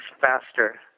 faster